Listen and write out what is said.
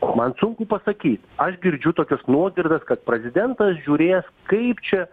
man sunku pasakyt aš girdžiu tokias nuogirdas kad prezidentas žiūrės kaip čia